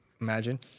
Imagine